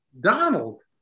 Donald